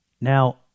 Now